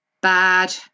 bad